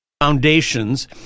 foundations